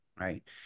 Right